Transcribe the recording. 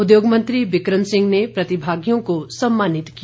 उद्योग मंत्री बिक्रम सिंह ने प्रतिभागियों को सम्मानित किया